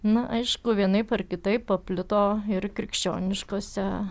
na aišku vienaip ar kitaip paplito ir krikščioniškose